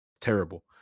terrible